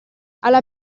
alla